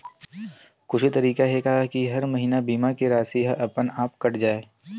कुछु तरीका हे का कि हर महीना बीमा के राशि हा अपन आप कत जाय?